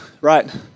right